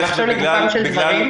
ועכשיו לגופם של דברים.